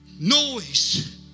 Noise